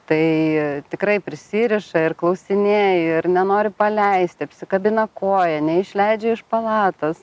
tai tikrai prisiriša ir klausinėja ir nenori paleisti kabina koją neišleidžia iš palatos